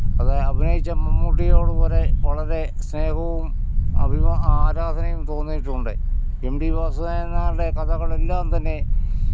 അത് അഭിനയിച്ച മമ്മൂട്ടിയോട് വരെ വളരെ സ്നേഹവും അഭിമാ ആരാധനയും തോന്നിയിട്ടുണ്ട് എം ടി വാസുദേവൻ നായരുടെ കഥകൾ എല്ലാം തന്നെ